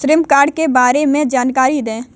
श्रम कार्ड के बारे में जानकारी दें?